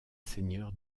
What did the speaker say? seigneur